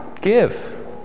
Give